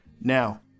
Now